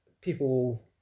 people